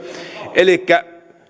elikkä